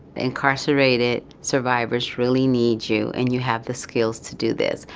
incarcerated survivors really need you and you have the skills to do this,